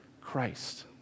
Christ